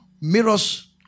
mirrors